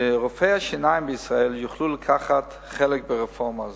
שרופאי השיניים בישראל יוכלו לקחת חלק ברפורמה הזאת.